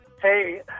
Hey